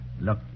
Look